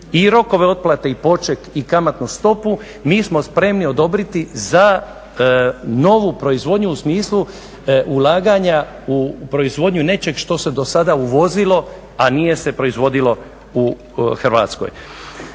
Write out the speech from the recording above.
i rokove otplate i poček i kamatnu stopu mi smo spremni odobriti za novu proizvodnju u smislu ulaganja u proizvodnju nečeg što se do sada uvozilo a nije se proizvodilo u Hrvatskoj.